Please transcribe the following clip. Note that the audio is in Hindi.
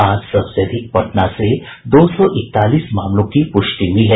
आज सबसे अधिक पटना से दो सौ इकतालीस मामलों की पुष्टि हुई है